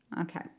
Okay